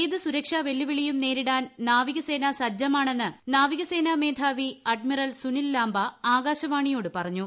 ഏത് സുരക്ഷാ വെല്ലുവിളിയും നേരിടാൻ നാവികസേന സജ്ജമാണെന്ന് നാവികസേന മേധാവി അഡ്മിറൽ സുനിൽ ലാംബ ആകാശവാണിയോട് പറഞ്ഞു